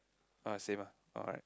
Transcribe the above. ah same ah alright